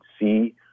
see